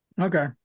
Okay